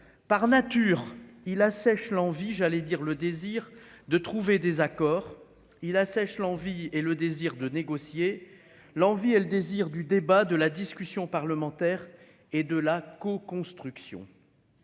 par nature, il assèche l'envie, j'allais dire le désir de trouver des accords il assèche l'envie et le désir de négocier l'envie et le désir du débat de la discussion parlementaire et de la co-construction.